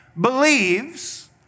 believes